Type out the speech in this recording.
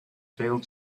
failed